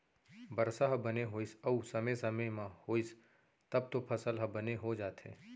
बरसा ह बने होइस अउ समे समे म होइस तब तो फसल ह बने हो जाथे